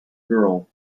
girl